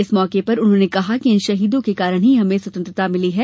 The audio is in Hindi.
इस मौके पर उन्होंने कहा कि इन शहीदों के कारण ही हमें स्वतंत्रता मिली है